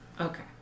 okay